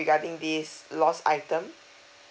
regarding this is lost item